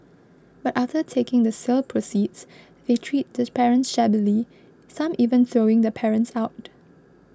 but after taking the sale proceeds they treat this parents shabbily some even throwing the parents out